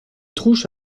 trouche